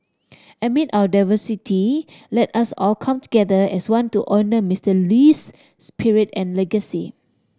amid our diversity let us all come together as one to honour Mister Lee's spirit and legacy